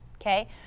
Okay